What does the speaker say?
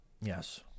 yes